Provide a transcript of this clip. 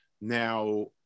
now